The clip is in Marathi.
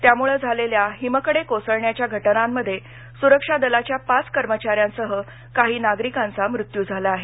त्यामुळे झालेल्या हिमकडे कोसळण्याच्या घटनांमध्ये सुरक्षा दलाच्या पाच कर्मचाऱ्यांसह काही नागरिकांचा मृत्यू झाला आहे